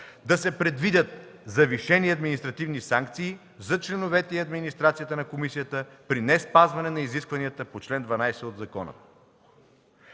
да се предвидят завишени административни санкции за членовете и администрацията на комисията при неспазване на изискванията на чл. 12 от Закона;